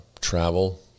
travel